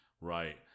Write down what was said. Right